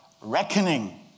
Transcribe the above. reckoning